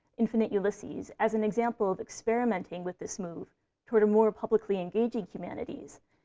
infinite ulysses, as an example of experimenting with this move toward a more publicly engaging humanities.